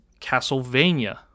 Castlevania